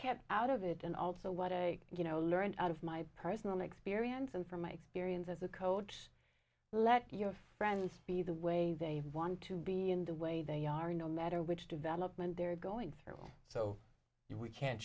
kept out of it and also what i you know learned out of my personal experience and from my experience as a coach let your friends be the way they want to be in the way they are no matter which development they're going through so we can